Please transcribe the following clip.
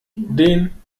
den